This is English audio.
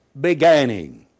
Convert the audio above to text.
beginning